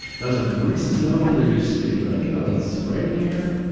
and i was like, the baristas know me. they're just gonna be like, oh, he's writing here.